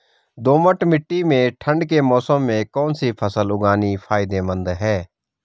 दोमट्ट मिट्टी में ठंड के मौसम में कौन सी फसल उगानी फायदेमंद है?